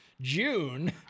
June